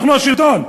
אנחנו השלטון,